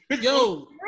Yo